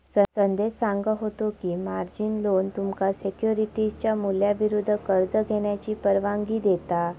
संदेश सांगा होतो की, मार्जिन लोन तुमका सिक्युरिटीजच्या मूल्याविरुद्ध कर्ज घेण्याची परवानगी देता